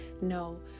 No